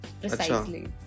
precisely